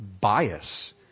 bias